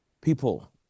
people